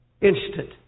Instant